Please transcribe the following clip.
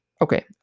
Okay